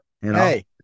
Hey